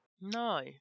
No